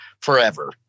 forever